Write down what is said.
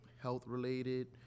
health-related